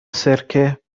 سرکه